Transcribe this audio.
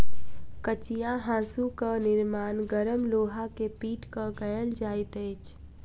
कचिया हाँसूक निर्माण गरम लोहा के पीट क कयल जाइत अछि